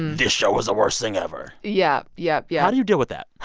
this show was the worst thing ever yeah, yup, yeah how do you deal with that?